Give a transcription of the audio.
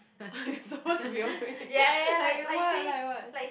you are supposed to be afraid like what like what